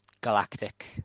galactic